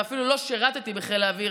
ואפילו לא שירתי בחיל האוויר,